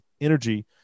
energy